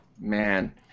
Man